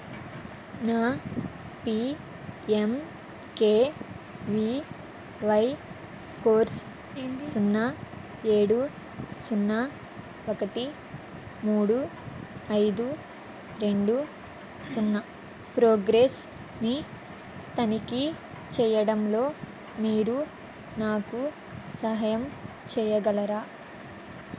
నా PMKVY course సున్నా ఏడు సున్నా ఒకటి మూడు ఐదు రెండు సున్నా ప్రోగ్రెస్ని తనిఖీ చెయ్యడంలో మీరు నాకు సహాయం చేయగలరా